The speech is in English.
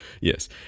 Yes